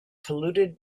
polluted